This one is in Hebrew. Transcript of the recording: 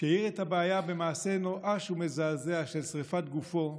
שהאיר את הבעיה במעשה נואש ומזעזע של שרפת גופו,